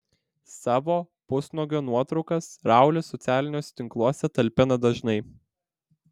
savo pusnuogio nuotraukas raulis socialiniuose tinkluose talpina dažnai